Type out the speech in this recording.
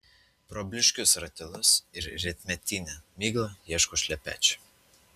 pro blyškius ratilus ir rytmetinę miglą ieškau šlepečių